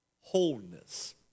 wholeness